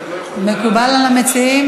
מקובל על המציעים?